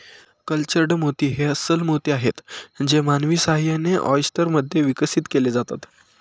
cultured मोती हे अस्स्ल मोती आहेत जे मानवी सहाय्याने, ऑयस्टर मध्ये विकसित केले जातात